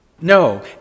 No